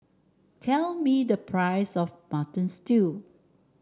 tell me the price of Mutton Stew